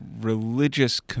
religious